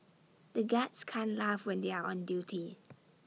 the guards can't laugh when they are on duty